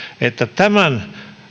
että tämän